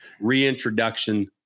Reintroduction